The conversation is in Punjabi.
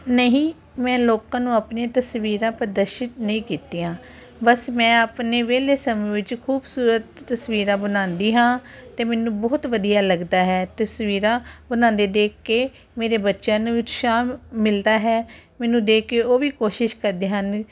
ਨਹੀਂ ਮੈਂ ਲੋਕਾਂ ਨੂੰ ਆਪਣੀਆਂ ਤਸਵੀਰਾਂ ਪ੍ਰਦਰਸ਼ਿਤ ਨਹੀਂ ਕੀਤੀਆਂ ਬਸ ਮੈਂ ਆਪਣੇ ਵਿਹਲੇ ਸਮੇਂ ਵਿੱਚ ਖੂਬਸੂਰਤ ਤਸਵੀਰਾਂ ਬਣਾਉਂਦੀ ਹਾਂ ਅਤੇ ਮੈਨੂੰ ਬਹੁਤ ਵਧੀਆ ਲੱਗਦਾ ਹੈ ਤਸਵੀਰਾਂ ਬਣਾਉਂਦੇ ਦੇਖ ਕੇ ਮੇਰੇ ਬੱਚਿਆਂ ਨੂੰ ਵੀ ਉਤਸ਼ਾਹ ਮਿਲਦਾ ਹੈ ਮੈਨੂੰ ਦੇਖ ਕੇ ਉਹ ਵੀ ਕੋਸ਼ਿਸ਼ ਕਰਦੇ ਹਨ